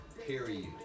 Period